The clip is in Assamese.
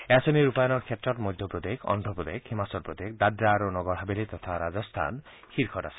এই আঁচনি ৰূপায়ণৰ ক্ষেত্ৰত মধ্যপ্ৰদেশ অদ্ৰপ্ৰদেশ হিমাচল প্ৰদেশ দাদৰা আৰু নগৰ হাভেলি তথা ৰাজস্থান শীৰ্ষত আছে